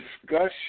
discussion